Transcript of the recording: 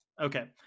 Okay